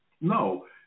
No